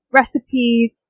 recipes